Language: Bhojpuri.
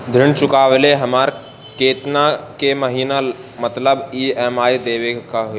ऋण चुकावेला हमरा केतना के महीना मतलब ई.एम.आई देवे के होई?